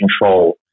control